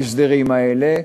בהסדרים האלה,